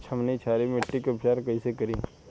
हमनी क्षारीय मिट्टी क उपचार कइसे करी?